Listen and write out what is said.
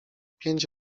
pięć